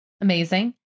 Amazing